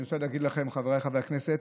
חבריי חברי כנסת,